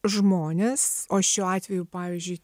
žmonės o šiuo atveju pavyzdžiui